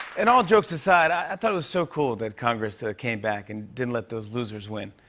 and all jokes aside, i thought it was so cool that congress came back and didn't let those losers win.